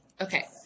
Okay